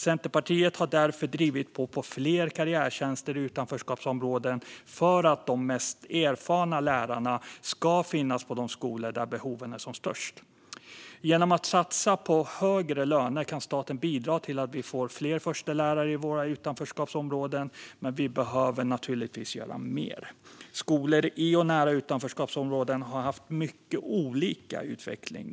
Centerpartiet har därför drivit på för fler karriärtjänster i utanförskapsområden för att de mest erfarna lärarna ska finnas på de skolor där behoven är som störst. Genom att satsa på högre löner kan staten bidra till att vi får fler förstelärare i våra utanförskapsområden. Men vi behöver naturligtvis göra mer. Skolor i och nära utanförskapsområden har haft mycket olika utveckling.